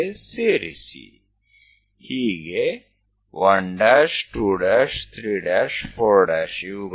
તો તે 1234 મેળવવા માટેની સ્થિતિમાં આવશે